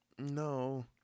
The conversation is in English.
No